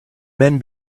men